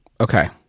okay